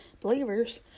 believers